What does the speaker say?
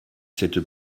cette